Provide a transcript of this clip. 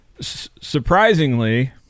surprisingly